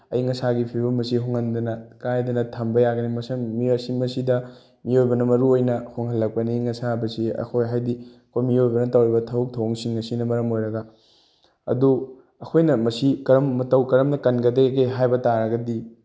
ꯑꯏꯪ ꯑꯁꯥꯒꯤ ꯐꯤꯚꯝ ꯑꯁꯤ ꯍꯣꯡꯍꯟꯗꯅ ꯀꯥꯏꯗꯅ ꯊꯝꯕ ꯌꯥꯒꯅꯤ ꯃꯤꯑꯣꯏꯕꯅ ꯃꯔꯨ ꯑꯣꯏꯅ ꯍꯣꯡꯍꯜꯂꯛꯄꯅꯤ ꯑꯏꯪ ꯑꯁꯥ ꯍꯥꯏꯕꯁꯤ ꯑꯩꯈꯣꯏ ꯍꯥꯏꯗꯤ ꯑꯩꯈꯣꯏ ꯃꯤꯑꯣꯏꯕꯅ ꯇꯧꯔꯤꯕ ꯊꯕꯛ ꯊꯧꯑꯣꯡꯁꯤꯡ ꯑꯁꯤꯅ ꯃꯔꯝ ꯑꯣꯏꯔꯒ ꯑꯗꯨ ꯑꯩꯈꯣꯏꯅ ꯃꯁꯤ ꯀꯔꯝ ꯃꯇꯧ ꯀꯔꯝꯅ ꯀꯟꯒꯗꯒꯦ ꯍꯥꯏꯕ ꯇꯥꯔꯒꯗꯤ